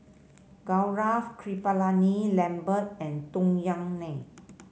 Gaurav Kripalani Lambert and Tung Yue Nang